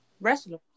wrestler